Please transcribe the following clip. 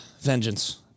Vengeance